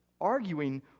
Arguing